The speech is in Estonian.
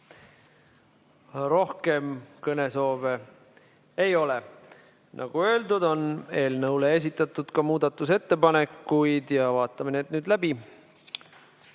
Rohkem kõnesoove ei ole. Nagu öeldud, on eelnõu kohta esitatud muudatusettepanekuid ja vaatame need läbi.